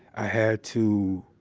i had to